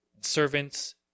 servants